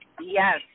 Yes